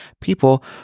people